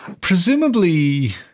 Presumably